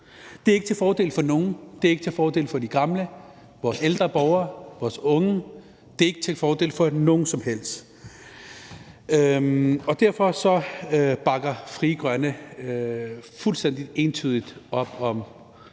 Det er ikke til fordel for nogen, det er ikke til fordel for de gamle, vores ældre borgere, vores unge; det er ikke til fordel for nogen som helst. Derfor bakker Frie Grønne fuldstændig entydigt op om